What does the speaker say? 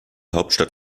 hauptstadt